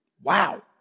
wow